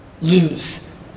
lose